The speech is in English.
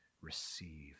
receive